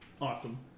Awesome